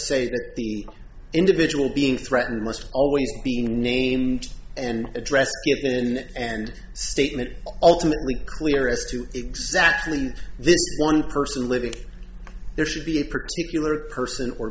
say that the individual being threatened must always be named and addressed and and statement ultimately clear as to exactly this one person living there should be a particular person or